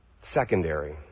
secondary